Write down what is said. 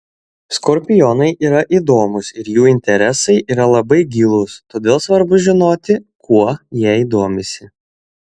skorpionai yra įdomūs ir jų interesai yra labai gilūs todėl svarbu žinoti kuo jei domisi